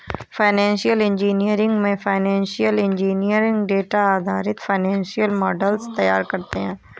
financial engineering में financial engineer data आधारित financial models तैयार करते है